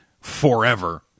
forever